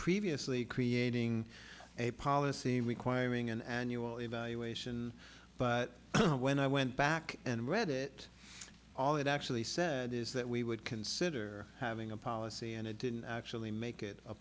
previously creating a policy requiring an annual evaluation but when i went back and read it all it actually said is that we would consider having a policy and it didn't actually make it a